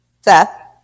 Seth